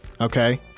Okay